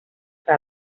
que